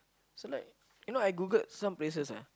so like you know I Googled some places ah